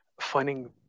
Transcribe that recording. finding